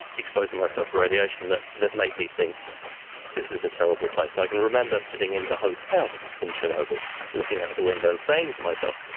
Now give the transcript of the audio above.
exposing myself to radiation, that that made me think this is a terrible place. and i can remember sitting in the hotel in chernobyl looking out the window and saying to myself,